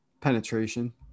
penetration